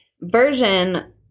version